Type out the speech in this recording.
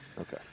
Okay